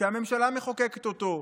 שהממשלה מחוקקת אותו,